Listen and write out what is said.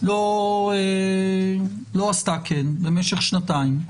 לא עשתה כן במשך שנתיים.